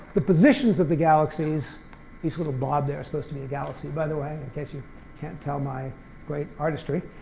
the positions of the galaxies this little lob there is supposed to be a galaxy, by the way, in case you can't tell my great artistry.